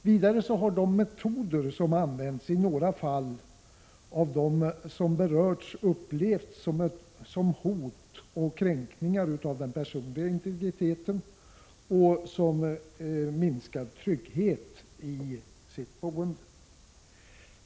Vidare har de metoder som använts av dem som berörts i några fall upplevts som hot och kränkningar av den personliga integriteten och som minskad trygghet i boendet.